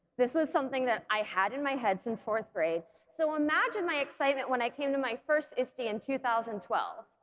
this was something that i had in my head since fourth grade so imagine my excitement when i came to my first iste in two thousand and twelve.